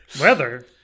Weather